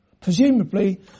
Presumably